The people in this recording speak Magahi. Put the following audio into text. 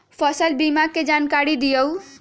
फसल बीमा के जानकारी दिअऊ?